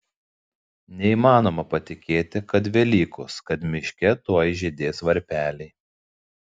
neįmanoma patikėti kad velykos kad miške tuoj žydės varpeliai